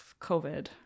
COVID